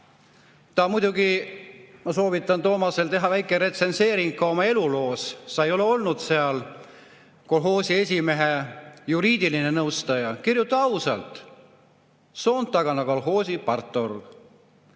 väljaõppe. Ma soovitan Toomasel teha väike retsenseering ka oma eluloos. Sa ei ole olnud kolhoosi esimehe juriidiline nõustaja. Kirjuta ausalt: Soontagana kolhoosi partorg.